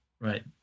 Right